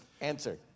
answer